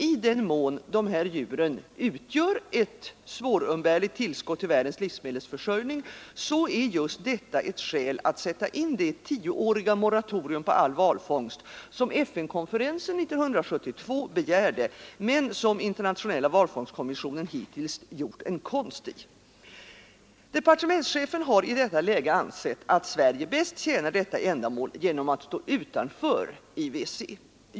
I den mån dessa djur utgör ett svårumbärligt tillskott till världens livsmedelsförsörjning är just detta ett skäl att sätta in det tioåriga moratorium för all valfångst, som FN-konferensen 1972 begärde men som Internationella valfångstkommissionen hittills har gjort en konst i. Departementschefen har i detta läge ansett att Sverige bäst tjänar detta ändamål genom att stå utanför IWC.